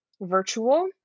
virtual